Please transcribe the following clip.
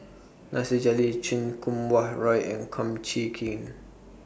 Nasir Jalil Chan Kum Wah Roy and Kum Chee Kin